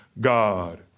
God